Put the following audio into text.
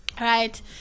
right